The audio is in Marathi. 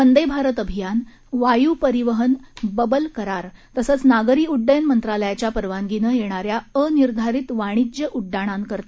वंदे भारत अभियान वायू परिवहन बबल करार तसंच नागरी उड्डयन मंत्रालयाच्या परवानगीनं येणाऱ्या अनिर्धारित वाणिज्य उड्डाणांकरता हा निर्णय लागू राहील